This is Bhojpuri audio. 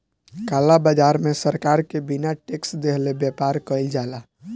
काला बाजार में सरकार के बिना टेक्स देहले व्यापार कईल जाला